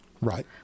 Right